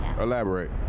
Elaborate